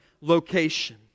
location